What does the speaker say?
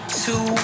two